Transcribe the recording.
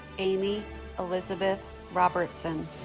amy elizabeth robertson